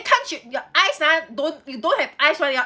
can't you your eyes ah don't you don't have eyes one your